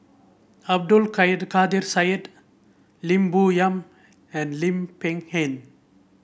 Abdul Kadir Syed Lim Bo Yam and Lim Peng Han